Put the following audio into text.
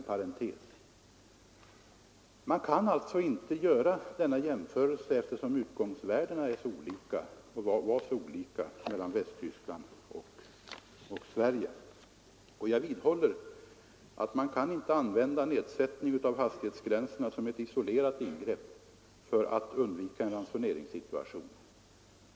Man kan alltså inte göra denna jämförelse, eftersom utgångsvärdena var så olika i Västtyskland och Sverige. Jag vidhåller att man inte kan använda nedsättning av hastighetsgränserna som ett isolerat ingrepp för att undvika en ransoneringssituation.